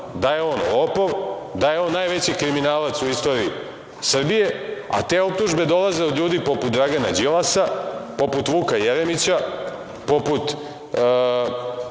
da je on lopov, da je on najveći kriminalac u istoriji Srbije, a te optužbe dolaze od ljudi poput Dragana Đilasa, poput Vuka Jeremića, poput